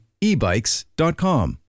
ebikes.com